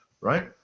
right